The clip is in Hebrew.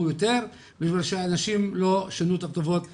הוא יותר בגלל שאנשים לא שינו את הכתובות שלהם.